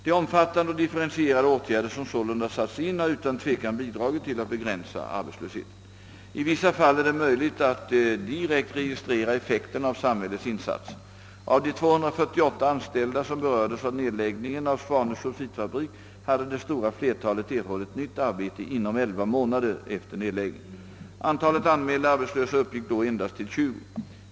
De omfattande och differentierade åtgärder som sålunda satts in har utan tvivel bidragit till att begränsa arbetslösheten. I vissa fall är det möjligt att direkt registrera effekten av samhällets insatser. Av de 248 anställda, som berördes av nedläggningen av Svanö sulfitfabrik, hade det stora flertalet erhållit nytt arbete inom 11 månader efter nedläggningen. Antalet anmälda arbetslösa uppgick då endast till 20.